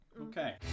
Okay